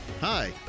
Hi